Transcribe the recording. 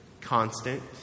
constant